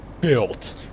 built